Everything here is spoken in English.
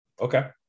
Okay